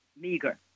meager